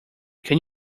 can